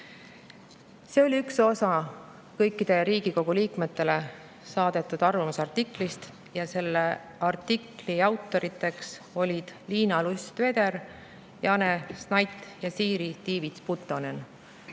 oli üks osa kõikidele Riigikogu liikmetele saadetud arvamusartiklist. Selle artikli autorid on Liina Lust-Vedder, Jane Snaith ja Siiri Tiivits-Puttonen